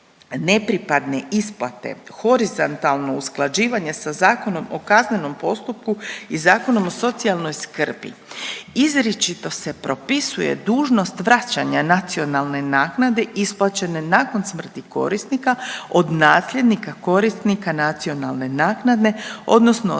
nepripadne isplate horizontalno usklađivanje sa Zakonom o kaznenom postupku i Zakonom o socijalnoj skrbi. Izričito se propisuje dužnost vraćanja nacionalne naknade isplaćene nakon smrti korisnika od nasljednika korisnika nacionalne naknade odnosno od strane